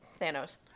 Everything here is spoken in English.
Thanos